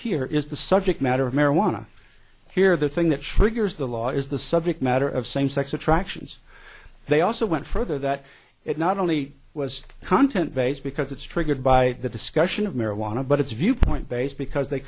here is the subject matter of marijuana here the thing that triggers the law is the subject matter of same sex attractions they also went further that it not only was content based because it's triggered by the discussion of marijuana but it's viewpoint based because they